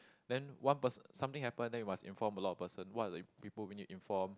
then one person something happen then we must inform a lot of person what the people we need inform